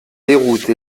déroute